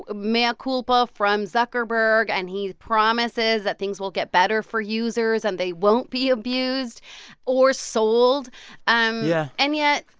ah mea culpa from zuckerberg. and he promises that things will get better for users, and they won't be abused or sold um yeah and yet,